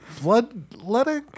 Bloodletting